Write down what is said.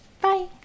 Bye